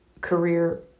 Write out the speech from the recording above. career